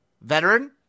Veteran